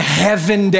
heaven